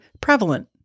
prevalent